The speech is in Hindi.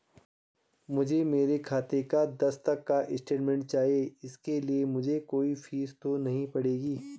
मुझे मेरे खाते का दस तक का स्टेटमेंट चाहिए इसके लिए मुझे कोई फीस तो नहीं पड़ेगी?